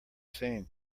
seen